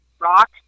rock